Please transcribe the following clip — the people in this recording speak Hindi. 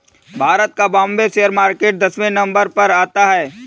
भारत का बाम्बे शेयर मार्केट दसवें नम्बर पर आता है